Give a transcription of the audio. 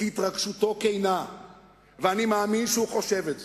כי התרגשותו כנה ואני מאמין שהוא חושב את זה.